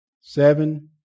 Seven